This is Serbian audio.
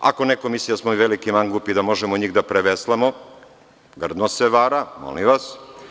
Ako neko misli da smo mi veliki mangupi i da možemo njih da preveslamo, grdno se vara, molim vas.